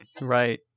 Right